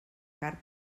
carn